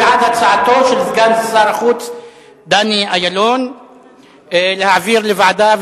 הוא בעד הצעתו של סגן שר החוץ דני אילון להעביר לוועדה,